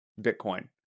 Bitcoin